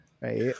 right